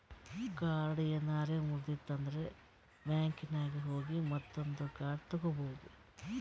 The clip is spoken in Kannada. ಕಾರ್ಡ್ ಏನಾರೆ ಮುರ್ದಿತ್ತಂದ್ರ ಬ್ಯಾಂಕಿನಾಗ್ ಹೋಗಿ ಮತ್ತೊಂದು ಕಾರ್ಡ್ ತಗೋಬೋದ್